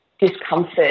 discomfort